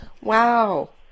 Wow